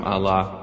Allah